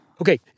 Okay